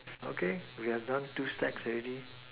okay we have done two stacks already